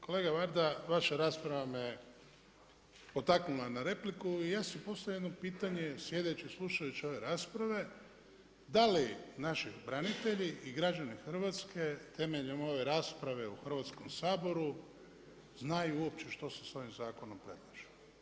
Kolega Varda, vaša rasprava me potaknula na repliku i ja si postavljam jedno pitanje sjedeći, slušajući ove rasprave da li naši branitelji i građani Hrvatske temeljem ove rasprave u Hrvatskom saboru znaju uopće što se s ovim zakonom predlaže.